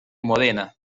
módena